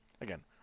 Again